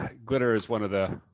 glitter is one of the